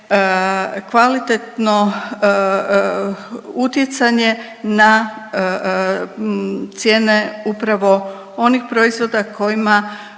kvalitetno utjecanje na cijene upravo onih proizvoda kojima